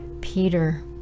Peter